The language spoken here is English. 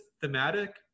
thematic